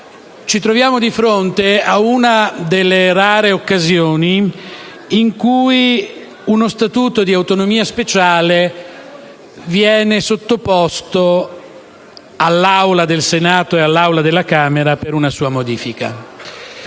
Ci troviamo di fronte a una delle rare occasioni in cui uno Statuto di autonomia speciale viene sottoposto all'Assemblea del Senato e all'Assemblea della Camera per una sua modifica.